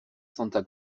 santa